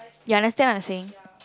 you understand what I'm saying